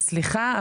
סליחה,